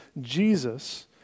Jesus